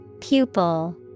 Pupil